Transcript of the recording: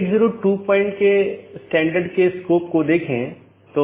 IGP IBGP AS के भीतर कहीं भी स्थित हो सकते है